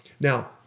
now